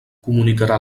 comunicarà